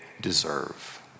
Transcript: deserve